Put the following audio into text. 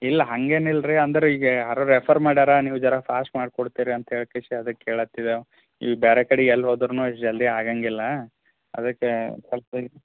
ಇಲ್ಲ ಹಂಗೇನು ಇಲ್ರಿ ಅಂದ್ರೆ ಈಗ ಯಾರೋ ರೆಫರ್ ಮಾಡ್ಯಾರ ನೀವು ಜರಾ ಫಾಸ್ಟ್ ಮಾಡ್ಕೊಡ್ತೀರಿ ಅಂತ ಹೇಳಿ ಕಿಶ್ಯಾ ಅದು ಕೇಳತ್ತಿದೇವು ಈಗ ಬೇರೆ ಕಡೆ ಎಲ್ಲಿ ಹೋದ್ರು ಇಷ್ಟು ಜಲ್ದಿ ಆಗೋಂಗಿಲ್ಲ ಅದಕ್ಕೇ ಸ್ವಲ್ಪ್ ಇದು